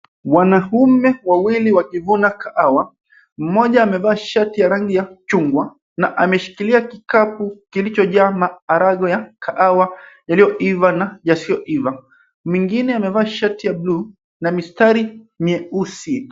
Wanaume wawili wakivuna kahawa, mmoja amevaa shati ya rangi ya chungwa na ameshikilia kikapu kilicho jaa maharagwe ya kahawa yaliyoiva na yasiyoiva. Mwingine amevaa shati ya buluu na mistari mieusi.